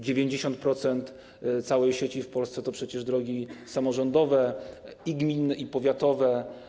90% całej sieci w Polsce to przecież drogi samorządowe - i gminne, i powiatowe.